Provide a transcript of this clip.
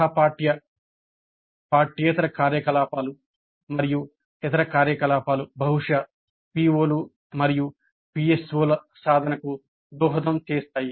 సహ పాఠ్య పాఠ్యేతర కార్యకలాపాలు మరియు ఇతర కార్యకలాపాలు బహుశా PO లు మరియు PSO ల సాధనకు దోహదం చేస్తాయి